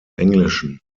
englischen